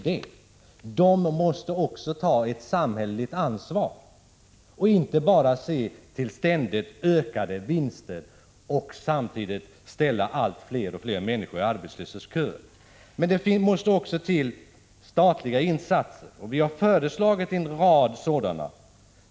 Det måste också ta ett samhälleligt ansvar och inte bara se till ständigt ökade vinster samtidigt som man ställer allt fler människor i arbetslöshetsköer. För det andra måste det till statliga insatser, och vi har föreslagit en rad sådana.